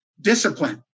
discipline